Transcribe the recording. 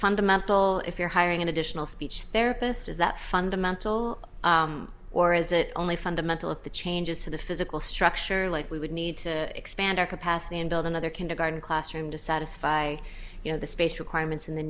fundamental if you're hiring an additional speech therapist is that fundamental or is it only fundamental if the changes to the physical structure like we would need to expand our capacity and build another can guard a classroom to satisfy you know the space requirements in the